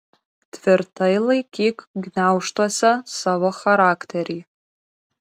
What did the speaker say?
tvirtai laikyk gniaužtuose savo charakterį